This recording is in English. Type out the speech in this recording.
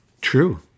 True